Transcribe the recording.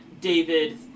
David